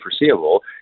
foreseeable